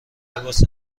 لباس